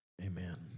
Amen